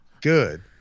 good